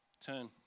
turn